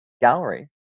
gallery